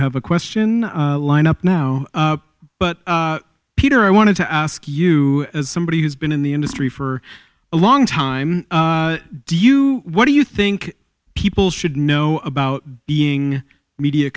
have a question lined up now but peter i wanted to ask you as somebody who's been in the industry for a long time do you what do you think people should know about being media